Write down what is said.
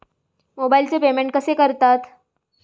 मोबाइलचे पेमेंट कसे करतात?